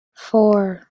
four